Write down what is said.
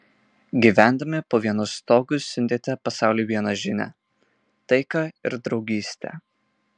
gyvendami po vienu stogu siuntėte pasauliui vieną žinią taiką ir draugystę